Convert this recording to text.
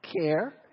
care